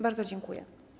Bardzo dziękuję.